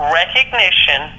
recognition